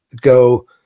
go